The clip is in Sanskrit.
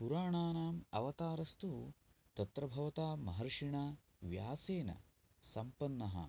पुराणानाम् अवतारस्तु तत्र भगवता महर्षिणा व्यासेन सम्पन्नः